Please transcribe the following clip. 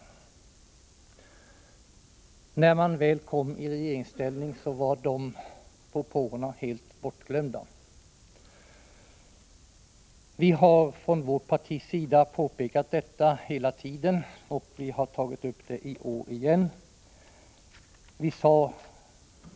När socialdemokraterna väl kom i regeringsställning var de propåerna helt bortglömda. Vi har från vårt partis sida hela tiden påpekat detta, och vi har tagit upp det i år igen.